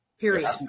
Period